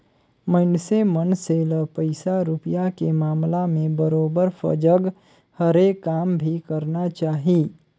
मइनसे मन से ल पइसा रूपिया के मामला में बरोबर सजग हरे काम भी करना चाही